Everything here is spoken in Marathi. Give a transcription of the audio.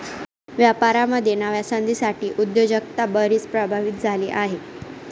व्यापारामध्ये नव्या संधींसाठी उद्योजकता बरीच प्रभावित झाली आहे